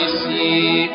see